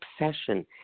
obsession